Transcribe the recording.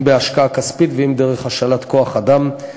אם בהשקעה כספית ואם דרך השאלת כוח-אדם,